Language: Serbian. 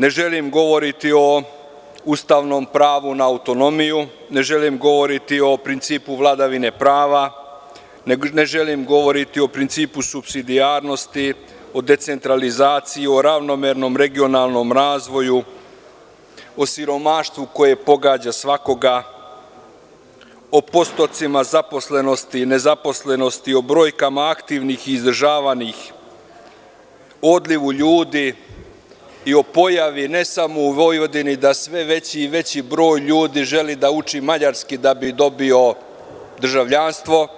Ne želim govoriti o ustavnom pravu na autonomiju, ne želim govoriti o principu vladavine prava, ne želim govoriti o principu subsidijarnosti, o decentralizaciji, o ravnomernom regionalnom razvoju, o siromaštvu koje pogađa svakoga, o postocima zaposlenosti, nezaposlenosti, o brojkama aktivnih, izdržavanih, odlivu ljudi i o pojavi, ne samo u Vojvodini, da sve veći i veći broj ljudi želi da uči mađarski kako bi dobili državljanstvo,